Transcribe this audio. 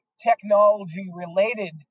technology-related